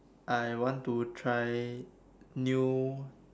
I want to try new